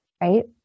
right